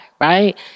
right